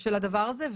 של הדבר הזה?